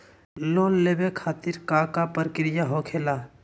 Loan लेवे खातिर का का प्रक्रिया होखेला?